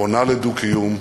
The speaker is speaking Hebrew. פונה לדו-קיום,